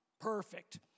perfect